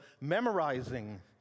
memorizing